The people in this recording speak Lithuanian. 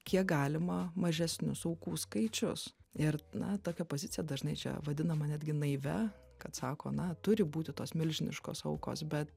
kiek galima mažesnius aukų skaičius ir na tokia pozicija dažnai čia vadinama netgi naivia kad sako na turi būti tos milžiniškos aukos bet